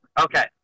Okay